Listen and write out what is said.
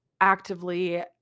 actively